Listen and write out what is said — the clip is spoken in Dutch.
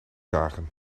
dagen